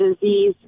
disease